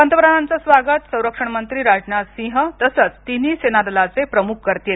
पंतप्रधानांच स्वागत संरक्षण मंत्री राजनाथ सिंह तसच तिन्ही सेनादलाचे प्रमुख करतील